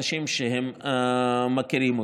תודה רבה.